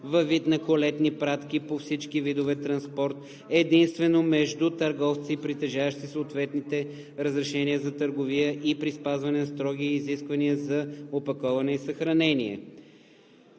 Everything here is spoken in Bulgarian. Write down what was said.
във вид на колетни пратки по всички видове транспорт единствено между търговци, притежаващи съответните разрешения за търговия, при спазване на строги изисквания за опаковане и съхранение.“